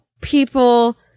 people